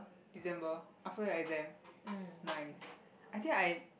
December after the exam nice I think I